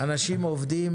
אנשים עובדים,